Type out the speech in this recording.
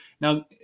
Now